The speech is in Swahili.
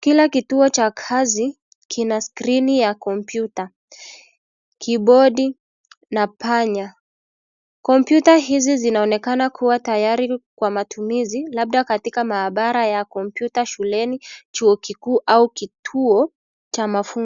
Kila kituo cha kazi kina sikrini ya kompyuta, (cs) keyboardi (cs) na panya. Kompyuta hizi zinaonekana kuwa tayari kuwa matumizi, labda katika maabara ya kompyuta shuleni chuo kikuu au kituo cha mafunzo.